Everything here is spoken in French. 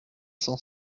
cent